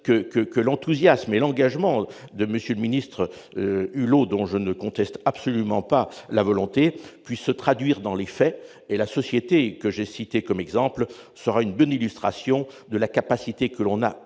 que l'enthousiasme et l'engagement de M. le ministre Hulot, dont je ne conteste absolument pas la volonté, puissent se traduire dans les faits. La société que j'ai citée comme exemple sera une bonne illustration de la capacité que l'on a